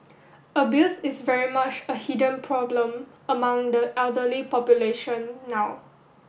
abuse is very much a hidden problem among the elderly population now